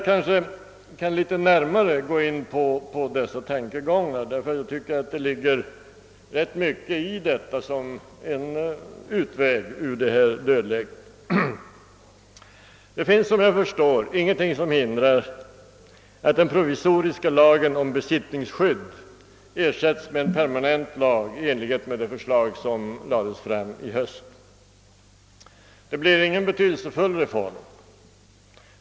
Kanske jag kan gå in på dessa tankegångar litet närmare, därför att jag tycker, att det ligger rätt mycket i dem som en utväg ur detta dödläge. Det finns, såvitt jag förstår, ingenting som hindrar, att den provisoriska lagen om besittningsskydd ersättes med en permanent lag i enlighet med det förslag som lades fram i höstas. Det blev ingen betydelsefull reform.